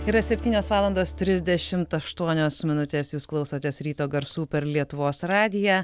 yra septynios valandos trisdešimt aštuonios minutes jūs klausotės ryto garsų per lietuvos radiją